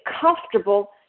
comfortable